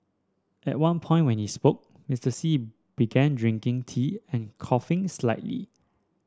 at one point when he spoke Mister Xi began drinking tea and coughing slightly